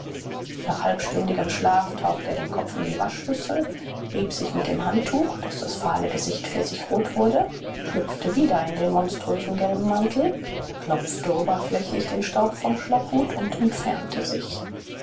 nach halbstündigem schlaf tauchte er den kopf in die waschschüssel rieb sich mit dem handtuch daß das fahle gesicht pfirsichrot wurde schlüpfte wieder in den monströsen gelben mantel klopfte oberflächlich den staub vom schlapphut und entfernte sich